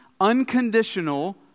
unconditional